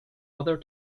other